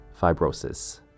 fibrosis